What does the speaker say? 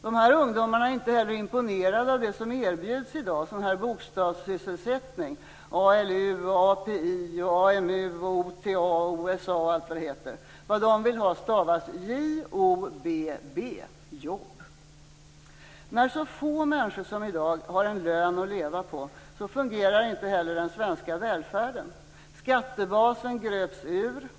Dessa ungdomar är inte heller imponerade av det som erbjuds i dag; sådan här bokstavsysselsättning - ALU, API, AMU, OTA, OSA och allt vad det heter. Vad de vill ha stavas j-o-b-b: jobb. När så få människor som i dag har en lön att leva på, fungerar inte heller den svenska välfärden. Skattebasen gröps ur.